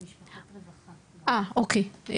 אוקיי.